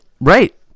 Right